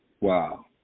Wow